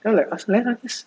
then I'm like asal eh nangis